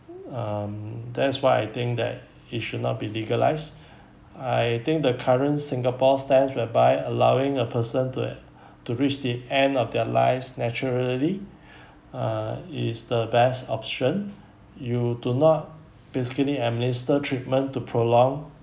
um that's why I think that it should not be legalized I think the current singapore stands whereby allowing a person to to reach the end of their lives naturally uh is the best option you do not basically administer treatment to prolong